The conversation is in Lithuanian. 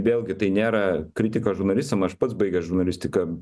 vėlgi tai nėra kritika žurnalistam aš pats baigęs žurnalistiką